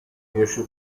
riesce